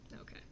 okay